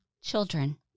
children